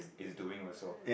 is doing also